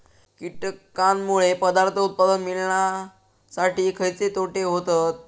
कीटकांनमुळे पदार्थ उत्पादन मिळासाठी खयचे तोटे होतत?